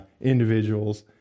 individuals